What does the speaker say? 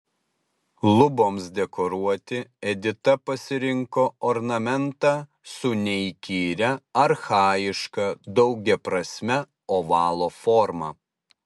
luboms dekoruoti edita pasirinko ornamentą su neįkyria archajiška daugiaprasme ovalo forma